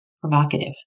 Provocative